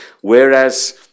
whereas